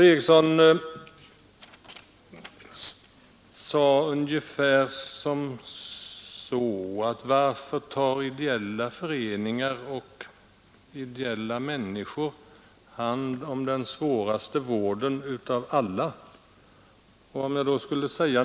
Fru Eriksson frågade varför ideella föreningar och ideella människor tar hand om den svåraste vården av alla.